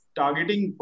targeting